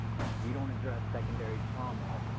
if we don't address secondary trauma